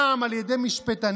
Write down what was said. פעם על ידי משפטנים,